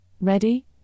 Ready